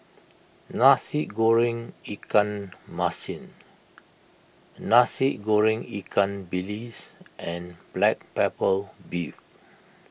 Nasi Goreng Ikan Masin Nasi Goreng Ikan Bilis and Black Pepper Beef